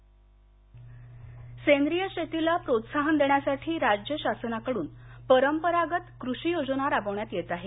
zero budget शेती सेंद्रीय शेतीला प्रोत्साहन देण्यासाठी राज्य शासनाकडून परंपरागत कृषी योजना राबवण्यात येत आहे